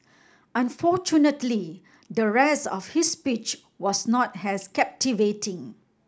unfortunately the rest of his speech was not as captivating